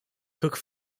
cook